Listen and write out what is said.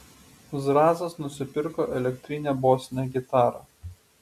zrazas nusipirko elektrinę bosinę gitarą